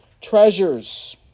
treasures